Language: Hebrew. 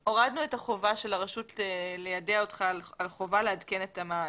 הורדנו את החובה של הרשות ליידע אותך על חובה לעדכן את המען.